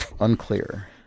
Unclear